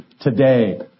today